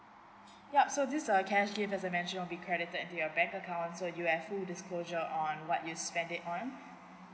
yup so this err cash gift as I mention will be credited into your bank account so you have full disclosure on what you spend it on